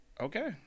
okay